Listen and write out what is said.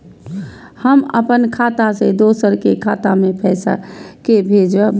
हम अपन खाता से दोसर के खाता मे पैसा के भेजब?